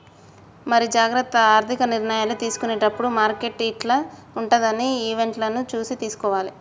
మరి జాగ్రత్త ఆర్థిక నిర్ణయాలు తీసుకునేటప్పుడు మార్కెట్ యిట్ల ఉంటదని ఈవెంట్లను చూసి తీసుకోవాలి